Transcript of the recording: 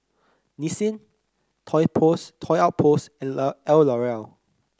Nissin Toy Outpost and Love and Oreallowell